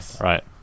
Right